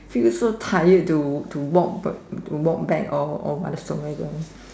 feel so tired to to walk to walk back or or what so ever